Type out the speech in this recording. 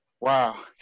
Wow